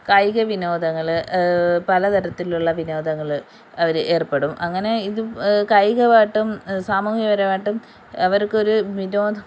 കായികവിനോദങ്ങൾ പല തരത്തിലുള്ള വിനോദങ്ങൾ അവർ ഏർപ്പെടും അങ്ങനെ ഇതും കായികമായിട്ടും സാമൂഹികപരമായിട്ടും അവർക്കൊരു വിനോദ